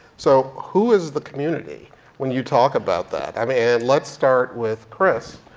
so who is the community when you talk about that? i mean let's start with chris.